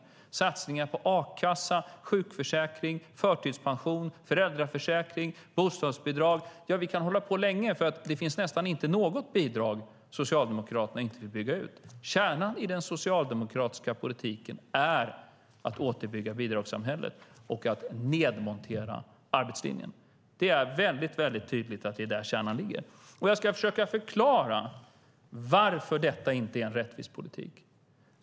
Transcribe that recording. Det är satsningar på a-kassa, sjukförsäkring, förtidspension, föräldraförsäkring, bostadsbidrag - vi kan hålla på länge, för det finns nästan inte något bidrag som Socialdemokraterna inte vill bygga ut. Kärnan i den socialdemokratiska bidragspolitiken är att återbygga bidragssamhället och att nedmontera arbetslinjen. Det är väldigt tydligt att det är där kärnan ligger. Jag ska försöka förklara varför detta inte är en rättvis politik.